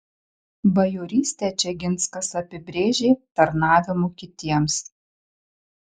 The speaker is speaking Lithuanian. bajorystę čeginskas apibrėžė tarnavimu kitiems